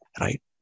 right